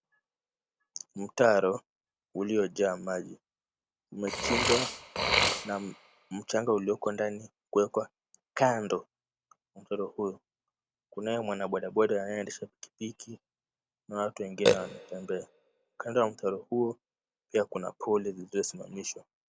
Mtaro uliojaa maji, umechimbwa na mchanga ulioko ndani kuwekwa kando ya mtaro huo. Kunaye mwanabodaboda anayeendesha pikipiki na watu wengine wanatembea. Kando ya mtaro huo pia kuna poli zilizosimamishwa.